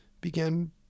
began